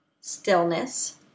stillness